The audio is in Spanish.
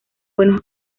buenos